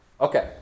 Okay